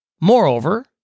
Moreover